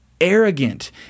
arrogant